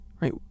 Right